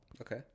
Okay